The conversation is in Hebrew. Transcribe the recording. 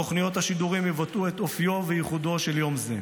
תוכניות השידורים יבטאו את אופיו וייחודו של יום זה.